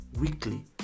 weekly